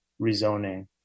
rezoning